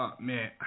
man